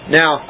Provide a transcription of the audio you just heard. now